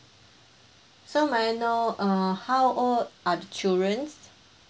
so may I know err how old are the children